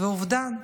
עובדה.